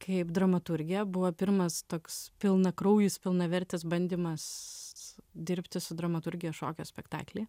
kaip dramaturgė buvo pirmas toks pilnakraujis pilnavertis bandymas dirbti su dramaturgija šokio spektaklyje